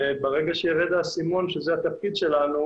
וברגע שירד האסימון שזה התפקיד שלנו